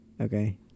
Okay